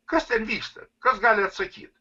kas ten vyksta kas gali atsakyt